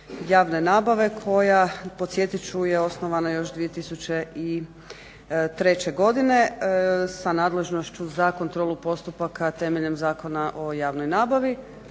javne nabave koja podsjetit ću je osnovana još 2003. godine sa nadležnošću za kontrolu postupaka temeljem Zakona o javnoj nabavi.